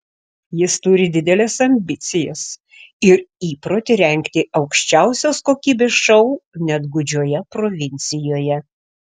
jis turi dideles ambicijas ir įprotį rengti aukščiausios kokybės šou net gūdžioje provincijoje